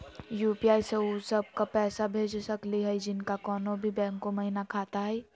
UPI स उ सब क पैसा भेज सकली हई जिनका कोनो भी बैंको महिना खाता हई?